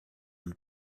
than